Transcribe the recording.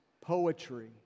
poetry